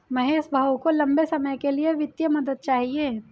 महेश भाऊ को लंबे समय के लिए वित्तीय मदद चाहिए